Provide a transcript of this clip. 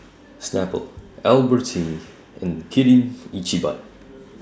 Snapple Albertini and Kirin Ichiban